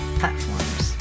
platforms